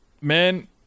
man